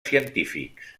científics